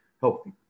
healthy